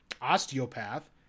osteopath